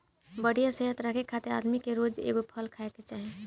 बढ़िया सेहत रखे खातिर आदमी के रोज एगो फल खाए के चाही